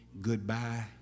goodbye